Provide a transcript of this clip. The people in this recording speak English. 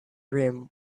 rim